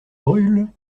brûle